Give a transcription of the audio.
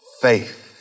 faith